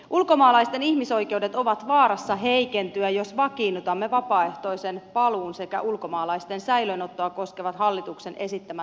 ulkomaalaisten ihmisoikeudet ovat vaarassa heikentyä jos vakiinnutamme vapaaehtoisen paluun sekä hallituksen esittämät ulkomaalaisten säilöönottoa koskevat lakimuutokset